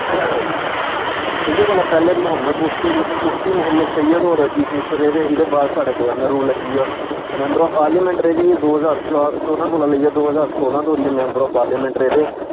इंदे कोला पैह्ले मुहम्मद मुफ्ती मुहम्मद मुफ्ती सैयद होर चीफ मिनिस्टर रेह्दे एह्दे बाद साढ़े गवर्रनर रूल लग्गी गेआ मैंबर आप पार्लियमेंट रेह्दी एह् दो जार चौदां कोला लेइयै दो ज्हार सोलां धोड़ी एह् मैंबर आफ पार्लियमेंट रेह्दे